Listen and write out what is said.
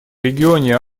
регионе